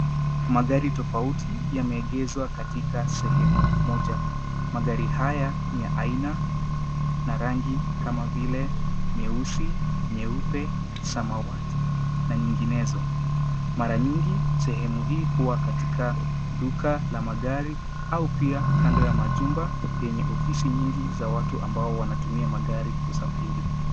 Magari tofauti yameegezwa katika sehemu moja. Magari haya ni ya aina na rangi kama vile nyeusi, nyeupe, samawati na nyinginezo. Mara nyingi, sehemu hii huwa katika duka la magari au pia kando ya majumba yenye ofisi nyingi za watu ambao wanatumia magari kusafiri.